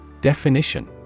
Definition